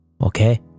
Okay